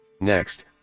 Next